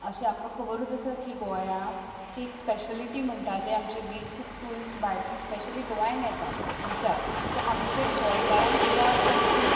अशें आमकां खबरूच आसा की गोंयां ची एक स्पेशेलिटी म्हणटा ती आमची बीच खूब ट्यूरिस्ट भायरसून स्पेशली गोंयांत येता बीचार सो आमचें गोंयकारांक सुद्दां एक अशी